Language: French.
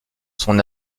son